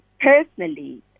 personally